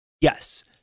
Yes